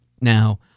Now